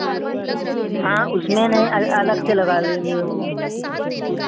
हाँ उसमें नहीं अल अलग से लगा लेंगे